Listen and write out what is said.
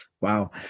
Wow